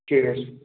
ঠিক আছে